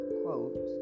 quote